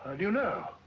ah do you know?